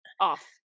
off